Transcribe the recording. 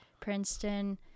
Princeton